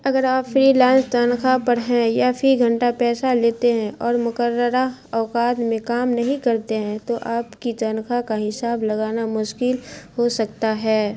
اگر آپ فریلانس تنخواہ پر ہیں یا فی گھنٹہ پیسہ لیتے ہیں اور مقررہ اوقات میں کام نہیں کرتے ہیں تو آپ کی تنخواہ کا حساب لگانا مشکل ہو سکتا ہے